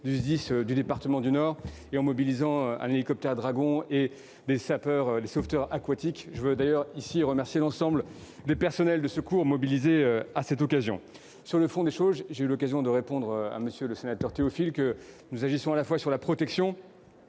(SDIS) du département du Nord, mais aussi en mobilisant un hélicoptère Dragon et des sauveteurs aquatiques. Je veux d'ailleurs remercier ici l'ensemble des agents de secours mobilisés à cette occasion. Sur le fond des choses, j'ai déjà eu l'occasion de répondre à M. Théophile que nous agissons à la fois pour la protection